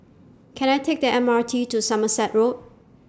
Can I Take The M R T to Somerset Road